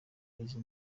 izi